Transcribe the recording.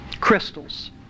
Crystals